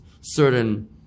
certain